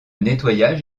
nettoyage